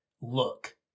look